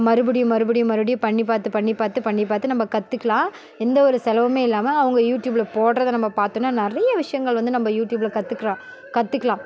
மறுபடியும் மறுபடியும் மறுபடியும் பண்ணிப் பார்த்து பண்ணிப் பார்த்து பண்ணி பார்த்து நம்ம கற்றுக்கலாம் எந்த ஒரு செலவுமே இல்லாமல் அவங்க யூடியூபில் போடுறத நம்ம பார்த்தோன்னா நிறைய விஷயங்கள் வந்து நம்ம யூடியூபில் கற்றுக்கறாம் கற்றுக்கலாம்